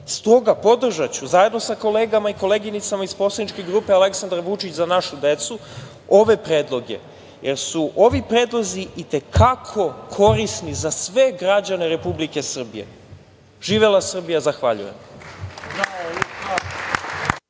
S toga, podržaću zajedno sa kolegama i koleginicama iz poslaničke grupe Aleksandar Vučić – Za našu decu ove predloge, jer su ovi predlozi i te kako korisni za sve građane Republike Srbije. Živela Srbija. Hvala.